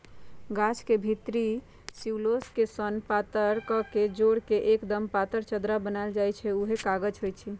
गाछ के भितरी सेल्यूलोस के सन पातर कके जोर के एक्दम पातर चदरा बनाएल जाइ छइ उहे कागज होइ छइ